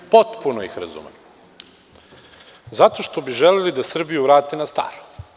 Potpuno ih razumem zato što bi želeli Srbiju da vrate na staro.